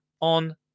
on